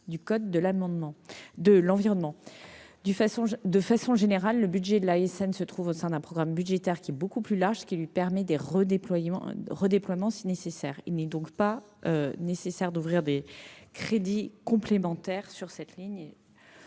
du code de l'environnement. De façon générale, le budget de l'ASN se trouve au sein d'un programme budgétaire beaucoup plus large, ce qui lui permet des redéploiements en cas de besoin. Il n'est donc pas nécessaire d'ouvrir des crédits complémentaires sur cette ligne.